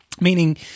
meaning